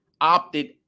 opted